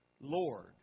Lord